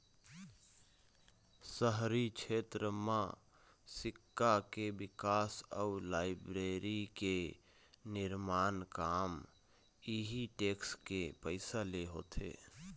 शहरी छेत्र म सिक्छा के बिकास अउ लाइब्रेरी के निरमान काम इहीं टेक्स के पइसा ले होथे